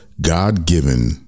God-given